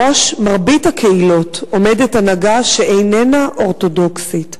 בראש מרבית הקהילות עומדת הנהגה שאיננה אורתודוקסית.